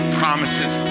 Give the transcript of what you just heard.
promises